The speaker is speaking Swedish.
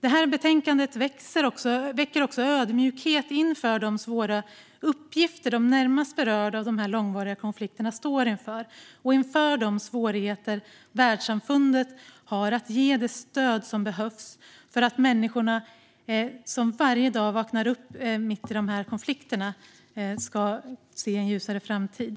Det här betänkandet väcker också ödmjukhet inför de svåra uppgifter som de närmast berörda av de här långvariga konflikterna står inför. Det gäller också världssamfundets svårigheter när det gäller att ge det stöd som behövs för att människorna som varje dag vaknar upp mitt i de här konflikterna ska se en ljusare framtid.